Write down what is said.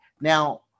Now